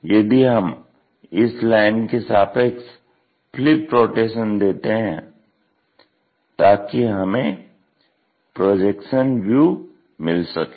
तो यदि हम इस लाइन के सापेक्ष फ्लिप रोटेशन लेते हैं ताकि हमें प्रोजेक्टेड व्यू मिल सके